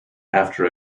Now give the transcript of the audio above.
after